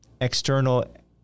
external